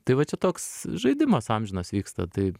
tai va čia toks žaidimas amžinas vyksta tai